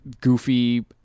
goofy